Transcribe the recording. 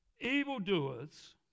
Evildoers